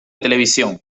televisión